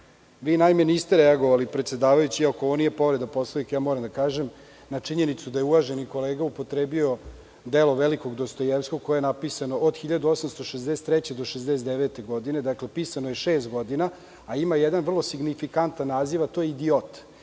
uvrede. Niste reagovali, predsedavajući, iako ovo nije povreda Poslovnika, moram da kažem, na činjenicu da je uvaženi kolega upotrebio delo velikog Dostojevskog, koje je napisano od 1863. do 1869. godine, dakle, pisano je šest godina, a ima jedan vrlo signifikantan naziv - Idiot.